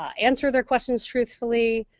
answer their questions truthfully.